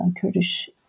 Kurdish